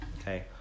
okay